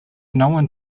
known